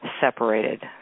separated